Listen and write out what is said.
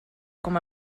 com